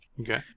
Okay